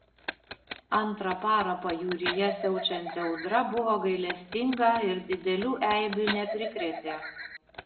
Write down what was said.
antrą parą pajūryje siaučianti audra buvo gailestinga ir didelių eibių neprikrėtė